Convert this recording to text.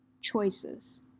choices